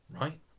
right